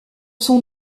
son